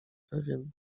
pewien